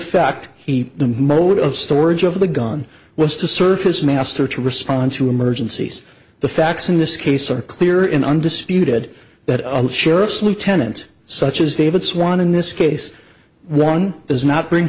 fact he the mode of storage of the gun was to surface master to respond to emergencies the facts in this case are clear in undisputed that a sheriff's lieutenant such as david swann in this case one does not bring